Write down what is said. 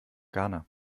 ghana